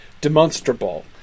demonstrable